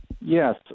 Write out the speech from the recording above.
Yes